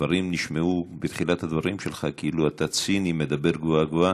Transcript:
הדברים נשמעו בתחילת הדברים שלך כאילו אתה ציני: מדבר גבוהה-גבוהה.